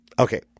Okay